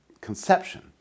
conception